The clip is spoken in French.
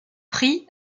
pris